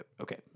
okay